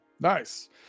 Nice